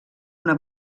una